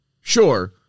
Sure